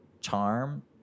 charm